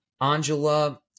Angela